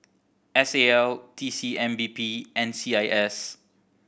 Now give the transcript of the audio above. S A L T C M P B and C I S